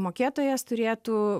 mokėtojas turėtų